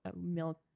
milk